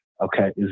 Okay